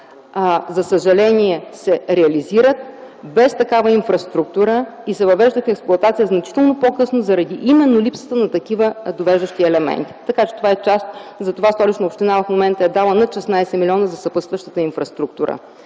за съжаление се реализират без такава инфраструктура и се въвеждат в експлоатация значително по-късно, заради именно липсата на такива довеждащи елементи. Това е част от проекта, затова Столична община в момента е дала над 16 млн. лв. за съпътстващата инфраструктура,